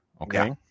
Okay